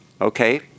Okay